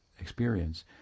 experience